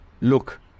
look